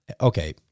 Okay